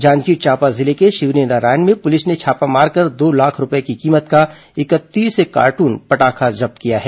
जांजगीर चांपा जिले के शिवरीनारायण में पुलिस ने छापा मारकर दो लाख रूपए की कीमत का इकतीस कार्टन पटाखा जब्त किया है